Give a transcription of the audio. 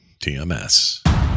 tms